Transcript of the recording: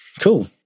Cool